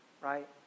right